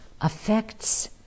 affects